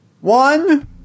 One